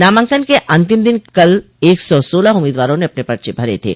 नामांकन के अंतिम दिन कल एक सौ सोलह उम्मीदवारों ने अपने पर्चे भरे थे